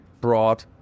broad